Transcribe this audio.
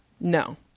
no